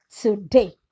today